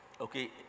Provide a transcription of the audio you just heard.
Okay